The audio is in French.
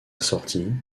sortie